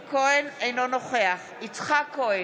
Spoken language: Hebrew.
אינו נוכח יצחק כהן,